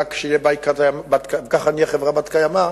ורק ככה נהיה חברה בת-קיימא.